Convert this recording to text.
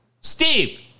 Steve